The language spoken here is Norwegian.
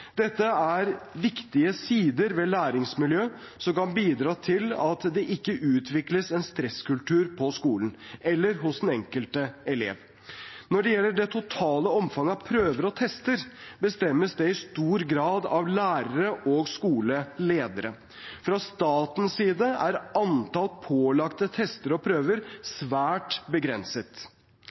Dette er viktige sider ved et læringsmiljø som kan bidra til at det ikke utvikles en stresskultur på skolen eller hos den enkelte elev. Når det gjelder det totale omfanget av prøver og tester, bestemmes det i stor grad av lærere og skoleledere. Fra statens side er antall pålagte tester og prøver svært begrenset.